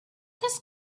this